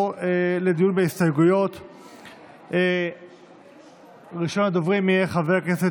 אני אתחיל באיזו הערה שאמר פה חבר הכנסת